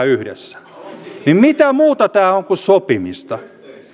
yhdessä niin mitä muuta tämä on kuin sopimista